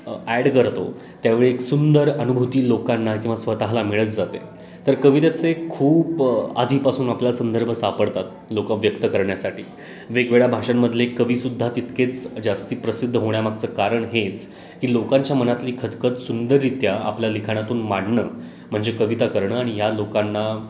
add करतो त्यावेळी एक सुंदर अनुभूती लोकांना किंवा स्वतःला मिळत जाते तर कवितेचे खूप आधीपासून आपला संदर्भ सापडतात लोकं व्यक्त करण्यासाठी वेगवेगळ्या भाषांमधले कवीसुद्धा तितकेच जास्त प्रसिद्ध होण्यामागचं कारण हेच की लोकांच्या मनातली खदखद सुंदररित्या आपल्या लिखाणातून मांडणं म्हणजे कविता करणं आणि या लोकांना